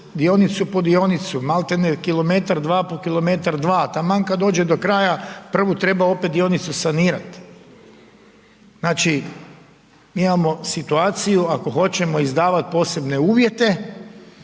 dionicu po dionici, malti ne kilometar, dva po kilometar, dva, taman kad dođe do kraja, prvu treba opet dionicu sanirat. Znači mi imamo situaciju ako hoćemo izdavat posebne uvjete